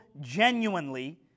genuinely